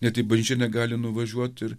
net į bažnyčią negali nuvažiuot ir